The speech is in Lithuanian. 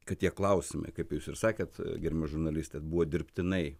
kad tie klausimai kaip jūs ir sakėt gerbiama žurnaliste buvo dirbtinai